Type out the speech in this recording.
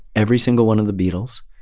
every single one of the beatles,